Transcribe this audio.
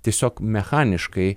tiesiog mechaniškai